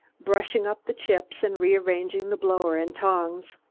brushing up the chips and rearranging the blower and tongs.